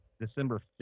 december